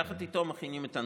יחד איתו מכינים את הנוסח,